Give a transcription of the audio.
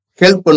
help